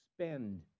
spend